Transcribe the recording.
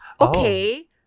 Okay